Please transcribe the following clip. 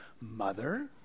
Mother